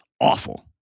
awful